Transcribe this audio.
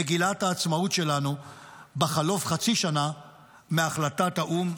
מגילת העצמאות שלנו בחלוף חצי שנה מהחלטת האו"ם,